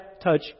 touch